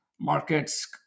markets